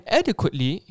adequately